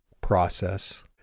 process